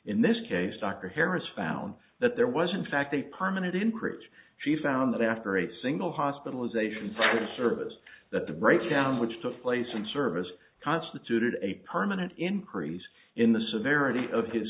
in this case dr harris found that there was in fact a permanent increase she found that after a single hospitalization for service that the breakdown which took place in service constituted a permanent increase in the severity of his